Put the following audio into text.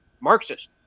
Marxist